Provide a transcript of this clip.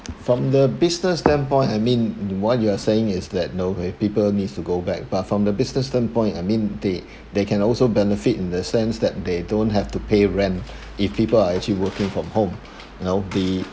from the business standpoint I mean what you are saying is that you know right people needs to go back but from the business standpoint I mean they they can also benefit in the sense that they don't have to pay rent if people are actually working from home you know the